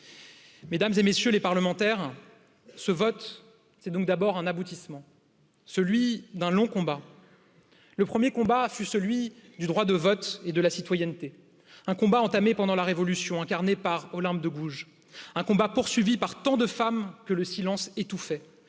Mᵐᵉˢ et MM. les parlementaires, ce vote, c'est donc d'abord un aboutissement, celui d'un long combat. Le 1ᵉʳ combat fut celui du droit de vote et de la citoyenneté, un combat entamé pendant la révolution, incarné par Olympe de Gouges, un combat poursuivi par tant de femmes que le fait